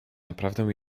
naprawdę